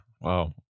Wow